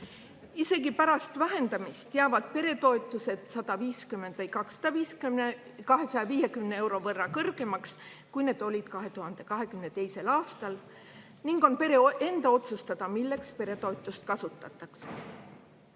Isegi pärast vähendamist jäävad peretoetused 150 või 250 euro võrra kõrgemaks, kui need olid 2022. aastal, ning on pere enda otsustada, milleks peretoetust kasutatakse. Ükskõik,